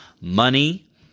money